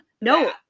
No